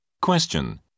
Question